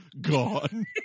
gone